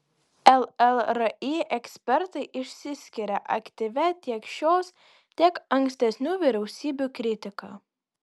llri ekspertai išsiskiria aktyvia tiek šios tiek ankstesnių vyriausybių kritika